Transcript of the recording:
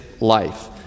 life